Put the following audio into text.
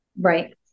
right